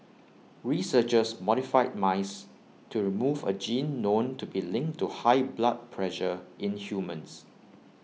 researchers modified mice to remove A gene known to be linked to high blood pressure in humans